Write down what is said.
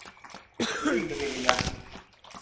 ठीक है फिर भैया